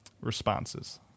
responses